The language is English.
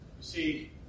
see